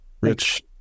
Rich